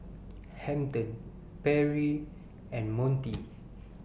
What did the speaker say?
Hampton Perri and Montie